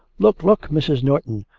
look, look, mrs. norton,